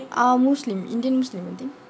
uh muslim indian muslim I think